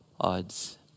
odds